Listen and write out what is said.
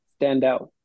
Standout